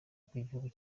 bw’igihugu